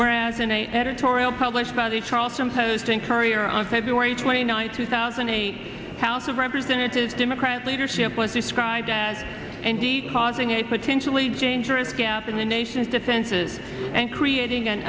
whereas in a editorial published by the charleston posting courier on feb twenty ninth two thousand a house of representatives democrat leadership was described as indeed causing a potentially dangerous gap in the nation's defenses and creating an